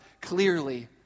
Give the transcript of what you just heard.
clearly